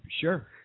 Sure